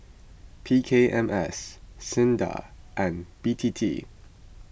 P K M S Sinda and B T T